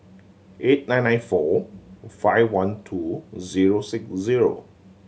eight nine nine four five one two zero six zero